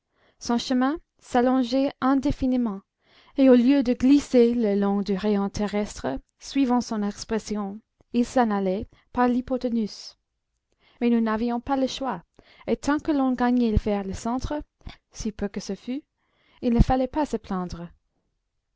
son chemin s'allongeait indéfiniment et au lieu de glisser le long du rayon terrestre suivant son expression il s'en allait par l'hypothénuse mais nous n'avions pas le choix et tant que l'on gagnait vers le centre si peu que ce fût il ne fallait pas se plaindre